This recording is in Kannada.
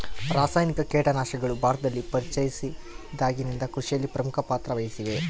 ರಾಸಾಯನಿಕ ಕೇಟನಾಶಕಗಳು ಭಾರತದಲ್ಲಿ ಪರಿಚಯಿಸಿದಾಗಿನಿಂದ ಕೃಷಿಯಲ್ಲಿ ಪ್ರಮುಖ ಪಾತ್ರ ವಹಿಸಿವೆ